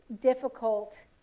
difficult